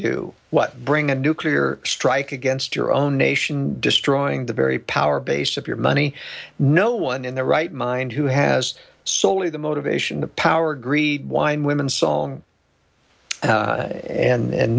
do what bring a nuclear strike against your own nation destroying the very power base of your money no one in their right mind who has solely the motivation to power greed wine women song and